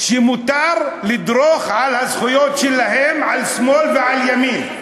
שמותר לדרוך על הזכויות שלהם על שמאל ועל ימין.